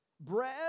bread